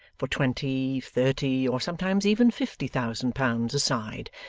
for twenty, thirty, or sometimes even fifty thousand pounds aside,